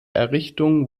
errichtung